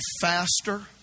faster